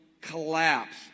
collapse